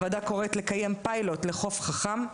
הוועדה קוראת לקיים פיילוט לחוף חכם.